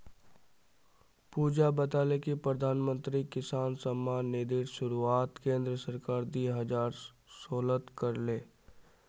पुजा बताले कि प्रधानमंत्री किसान सम्मान निधिर शुरुआत केंद्र सरकार दी हजार सोलत कर ले